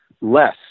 less